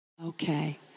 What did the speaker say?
Okay